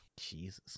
Jesus